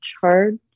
charge